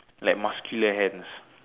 like muscular hands